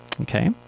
okay